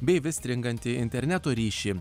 bei vis stringantį interneto ryšį